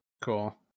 cool